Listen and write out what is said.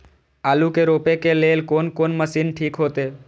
आलू के रोपे के लेल कोन कोन मशीन ठीक होते?